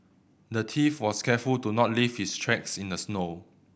the thief was careful to not leave his tracks in the snow